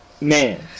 man